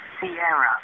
Sierra